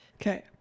Okay